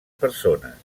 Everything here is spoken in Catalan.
persones